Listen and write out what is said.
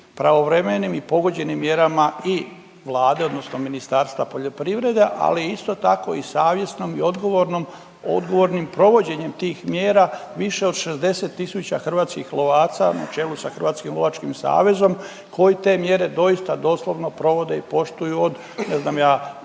pravovremenim i pogođenim mjerama i Vlade odnosno Ministarstva poljoprivrede, ali isto tako i savjesnom i odgovornom, odgovornim provođenjem tih mjera, više od 60 tisuća hrvatskih lovaca, na čelu sa Hrvatskim lovačkim savezom koji te mjere doista doslovno provode i poštuju od, ne znam ja,